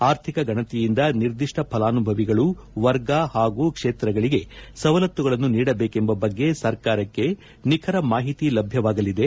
ಆರ್ಥಿಕ ಗಣತಿಯಿಂದ ನಿರ್ದಿಷ್ಟ ಫಲಾನುಭವಿಗಳು ವರ್ಗ ಹಾಗೂ ಕ್ಷೇತ್ರಗಳಿಗೆ ಸವಲತ್ತುಗಳನ್ನು ನೀಡಬೇಕೆಂಬ ಬಗ್ಗೆ ಸರ್ಕಾರಕ್ಕೆ ನಿಖರ ಮಾಹಿತಿ ಲಭ್ಯವಾಗಲಿದೆ